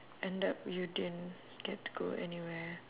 end up you didn't get to go anywhere